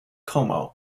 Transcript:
como